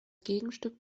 gegenstück